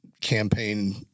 campaign